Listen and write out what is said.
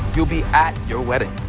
you'll be at your wedding.